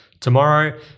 tomorrow